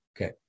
Okay